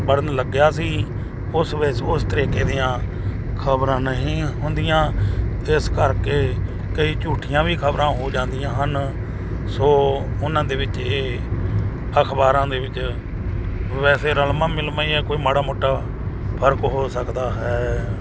ਪੜ੍ਹਨ ਲੱਗਿਆ ਸੀ ਉਸ ਵਿੱਚ ਉਸ ਤਰੀਕੇ ਦੀਆਂ ਖ਼ਬਰਾਂ ਨਹੀਂ ਹੁੰਦੀਆਂ ਇਸ ਕਰਕੇ ਕਈ ਝੂਠੀਆਂ ਵੀ ਖ਼ਬਰਾਂ ਹੋ ਜਾਂਦੀਆਂ ਹਨ ਸੋ ਉਹਨਾਂ ਦੇ ਵਿੱਚ ਇਹ ਅਖ਼ਬਾਰਾਂ ਦੇ ਵਿੱਚ ਵੈਸੇ ਰਲਵਾਂ ਮਿਲਵਾਂ ਜਾਂ ਕੋਈ ਮਾੜਾ ਮੋਟਾ ਫ਼ਰਕ ਹੋ ਸਕਦਾ ਹੈ